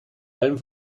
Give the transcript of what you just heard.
allem